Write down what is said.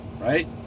right